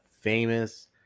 famous